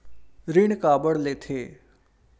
ऋण काबर लेथे?